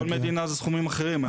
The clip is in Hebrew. כל מדינה זה סכומים אחרים.